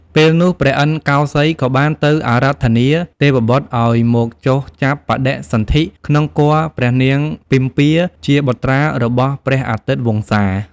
ពេលនោះព្រះឥន្ទកោសីយក៏បានទៅអារាធនាទេវបុត្រឱ្យមកចុះចាប់បដិសន្ធិក្នុងគភ៌ព្រះនាងពិម្ពាជាបុត្រារបស់ព្រះអាទិត្យវង្សា។